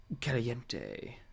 caliente